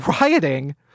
rioting